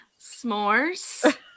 s'mores